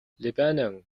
lebanon